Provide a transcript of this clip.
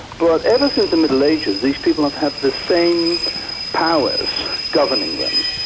but ever since the middle ages these people have had the same powers governing them.